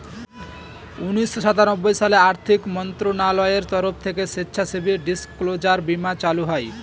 উনিশশো সাতানব্বই সালে আর্থিক মন্ত্রণালয়ের তরফ থেকে স্বেচ্ছাসেবী ডিসক্লোজার বীমা চালু হয়